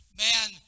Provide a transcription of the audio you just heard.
man